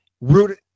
Root